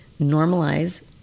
normalize